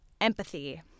empathy